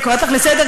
אני קוראת אותך לסדר,